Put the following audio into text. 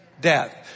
Death